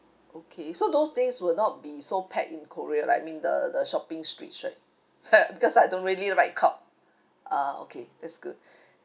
okay so those days will not be so packed in korea like I mean the the shopping street right because I don't really like crowd ah okay that's good